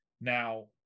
Now